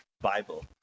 Bible